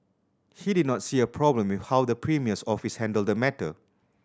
he did not see a problem with how the premier's office handled the matter